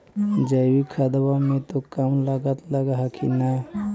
जैकिक खदबा मे तो कम लागत लग हखिन न?